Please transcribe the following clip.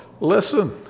listen